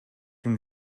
ким